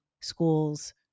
schools